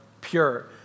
pure